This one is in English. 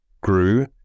grew